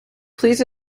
please